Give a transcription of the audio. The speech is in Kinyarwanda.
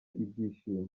ibyishimo